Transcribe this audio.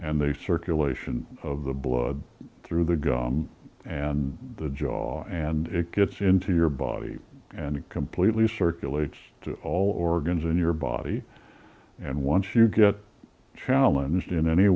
and the circulation of the blood through the gum and the jaw and it gets into your body and it completely circulates to all organs in your body and once you get challenged in any